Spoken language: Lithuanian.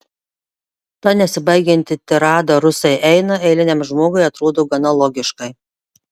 ta nesibaigianti tirada rusai eina eiliniam žmogui atrodo gana logiškai